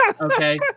okay